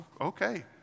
okay